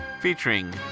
featuring